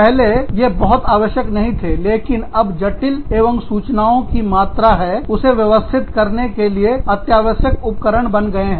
पहले ये बहुत आवश्यक नहीं थे लेकिन अब जटिल एवं सूचनाओं की मात्रा है उसे व्यवस्थित करने के लिए ये अत्यावश्यक उपकरण बन गया है